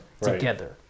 Together